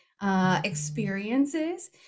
Experiences